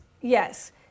yes